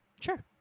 Sure